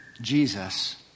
Jesus